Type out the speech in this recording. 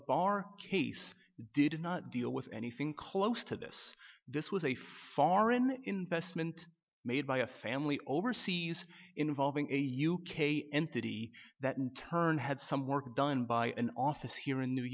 bar case did not deal with anything close to this this was a foreign investment made by a family overseas involving a u k entity that in turn had some work done by an office here in new